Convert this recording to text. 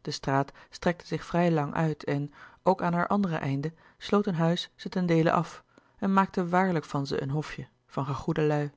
de straat strekte zich vrij lang uit en ook aan haar andere einde sloot een huis ze ten deele af en maakte waarlijk van ze een hofje van gegoede lui